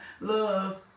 Love